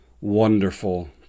wonderful